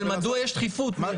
מדוע יש דחיפות?